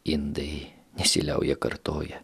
indai nesiliauja kartoję